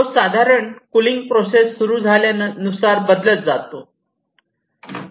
तो साधारण cooling process सुरु झाल्यानंतर नुसार बदलत जातो